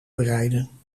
bereiden